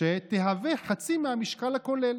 שתהווה חצי מהמשקל הכולל,